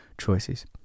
choices